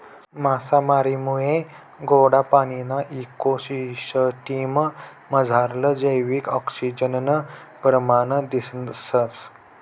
मासामारीमुये गोडा पाणीना इको सिसटिम मझारलं जैविक आक्सिजननं परमाण दिसंस